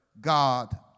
God